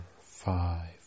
five